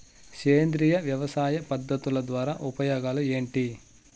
సేంద్రియ వ్యవసాయ పద్ధతుల ద్వారా ఉపయోగాలు ఏంటి?